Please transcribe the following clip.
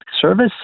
service